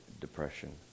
Depression